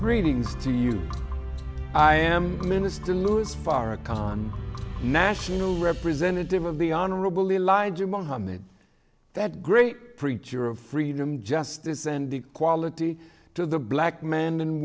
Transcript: greetings to you i am minister louis farrakhan national representative of the honorable elijah muhammad that great preacher of freedom justice and equality to the black man and